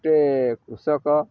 ଗୋଟେ କୃଷକ